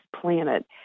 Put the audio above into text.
planet